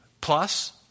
Plus